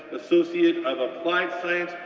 associate of applied science,